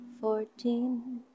Fourteen